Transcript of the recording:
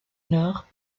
nord